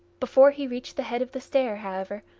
before he reached the head of the stair, however,